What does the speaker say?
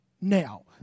now